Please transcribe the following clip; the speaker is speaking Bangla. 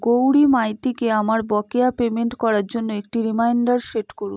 গৌরী মাইতিকে আমার বকেয়া পেমেন্ট করার জন্য একটি রিমাইণ্ডার সেট করুন